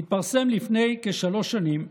התפרסם לפני כשלוש שנים,